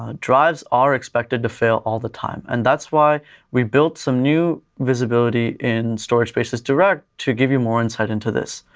ah drives are expected to fail all the time and that's why we built some new visibility in storage spaces direct to give you more insight into this.